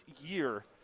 year